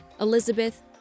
Elizabeth